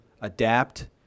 adapt